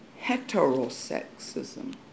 Heterosexism